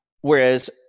Whereas